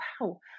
wow